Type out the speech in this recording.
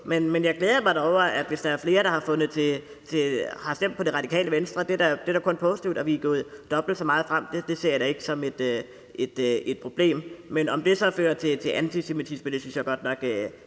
Men jeg glæder mig da over, hvis der er flere, der har stemt på Det Radikale Venstre. Det er da kun positivt, at vi er gået frem og har fået dobbelt så mange mandater – det ser jeg da ikke som et problem. Men at spørge, om det så fører til antisemitisme, synes jeg godt nok